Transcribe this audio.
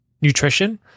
nutrition